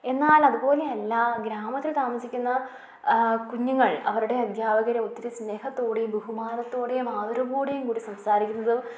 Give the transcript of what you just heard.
എന്നാൽ അതുപോലെ എല്ലാ ഗ്രാമത്തിൽ താമസിക്കുന്ന കുഞ്ഞുങ്ങൾ അവരുടെ അധ്യാപകരെ ഒത്തിരി സ്നേഹത്തോടെയും ബുഹുമാനത്തോടെയും ആദരവോടെയും സംസാരിക്കുന്നതും